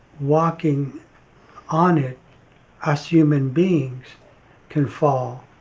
walking on it us human beings can fall